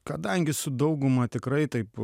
kadangi su dauguma tikrai taip